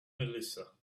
melissa